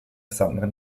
gesamten